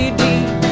deep